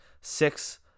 six